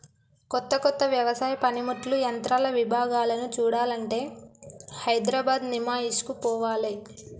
కొత్త కొత్త వ్యవసాయ పనిముట్లు యంత్రాల విభాగాలను చూడాలంటే హైదరాబాద్ నిమాయిష్ కు పోవాలే